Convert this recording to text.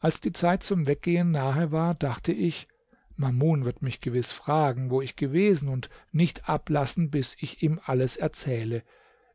als die zeit zum weggehen nahe war dachte ich mamun wird mich gewiß fragen wo ich gewesen und nicht ablassen bis ich ihm alles erzähle